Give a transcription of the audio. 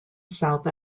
south